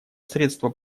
средства